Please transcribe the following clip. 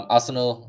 Arsenal